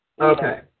Okay